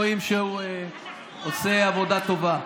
רואים שהוא עושה עבודה טובה.